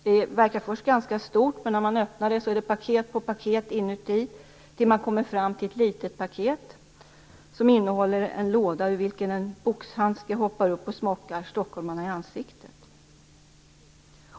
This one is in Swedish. Det verkar först ganska stort, men om man öppnar det är det paket på paket inuti tills man kommer fram till ett litet paket som innehåller en låda ur vilken en boxhandske hoppar upp och smockar stockholmarna i ansiktet.